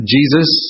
Jesus